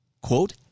Quote